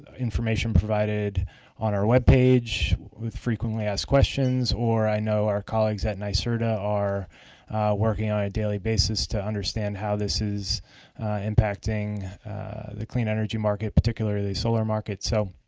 information provided on our web page with frequently asked questions or i know our colleagues at nycerta are working on a daily basis to understand how this is impacting the clean energy market, particularly solar market. so